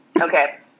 Okay